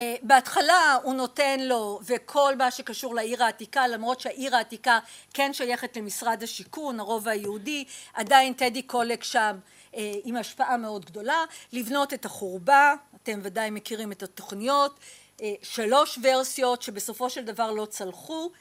בהתחלה הוא נותן לו וכל מה שקשור לעיר העתיקה למרות שהעיר העתיקה כן שייכת למשרד השיכון הרובע היהודי עדיין טדי קולק שם עם השפעה מאוד גדולה לבנות את החורבה אתם ודאי מכירים את התוכניות שלוש ורסיות שבסופו של דבר לא צלחו